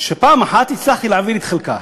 שפעם אחת הצלחתי להעביר את חלקה.